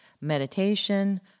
meditation